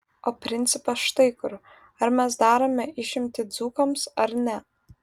o principas štai kur ar mes darome išimtį dzūkams ar ne